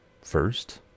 first